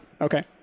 Okay